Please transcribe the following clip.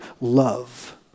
love